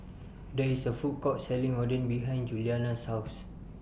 There IS A Food Court Selling Oden behind Julianna's House